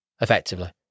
effectively